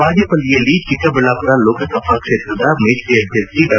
ಬಾಗೇಪಲ್ಲಿಯಲ್ಲಿ ಚಿಕ್ಕಬಳ್ಳಾಮರ ಲೋಕಸಭಾ ಕ್ಷೇತ್ರದ ಮೈತ್ರಿ ಅಭ್ಯರ್ಥಿ ಡಾ